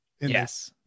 yes